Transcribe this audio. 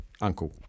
Uncle